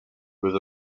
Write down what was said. with